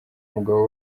umugabo